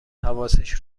حواسش